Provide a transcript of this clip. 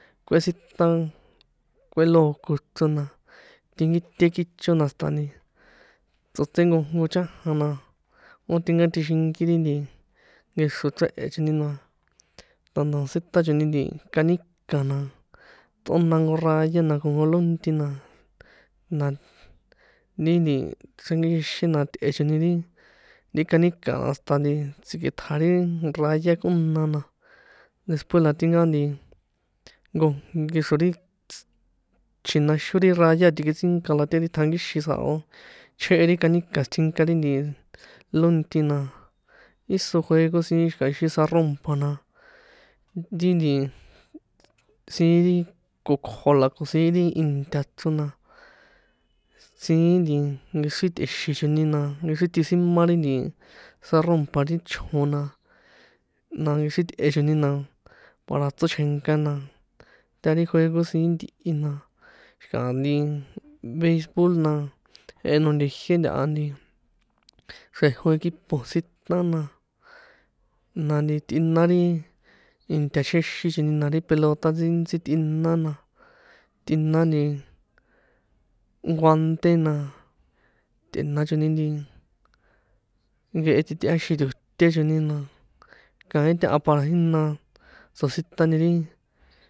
Kuesitan kue loco chrona, tinkite kichó na hasta nti tsotsé nkojnko chanja, na ó tinká tixinki ri nti nkexro chrehe̱ choni na, tanto siṭa choni canica na, ṭꞌona nko raya na ko nko lonti na, na ri nti xrankixinxin na tꞌe choni ri, ri canica a hasta tsikeṭja ri raya kꞌona na, después la tinka nti jnko kexro ri chjinaxon ri raya a tikitsika na ta ri ṭjankixin sa̱o chjehe ri canica sitjinka ri nti lonti, na íso juego siín xi̱ka̱ ixi saro̱mpa na, ri nti siín ri kokjo, la ko siín ri inta chrona, siín nkexri tꞌexin choni, na nkexri tꞌisima ri nti ichjo̱n na na nkexri tꞌe choni na para tsochjénka, na ta ri juego siín ntihi, na xi̱kaha nti beisbol na jehe nonte jié ntaha nti xrejo equipo siṭa, na, na nti tꞌina ri inta chjexin chojni, na ri pelota ntsíntsí tꞌina na tꞌina nti guante na, tꞌe̱na choni nti nkehe titeaxin to̱té choni, na kaín taha para jína tsositani ri.